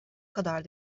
kadar